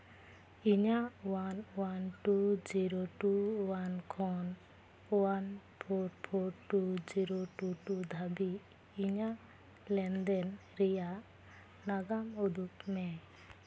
ᱤᱧᱟᱹᱜ one one two zero two one one four four two zero two two ᱫᱷᱟᱹᱵᱤᱡ ᱤᱧᱟᱹᱜ ᱞᱮᱱᱫᱮᱱ ᱨᱮᱭᱟᱜ ᱱᱟᱜᱟᱢ ᱩᱫᱩᱜᱽ ᱢᱮ